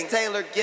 Taylor